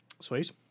sweet